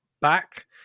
back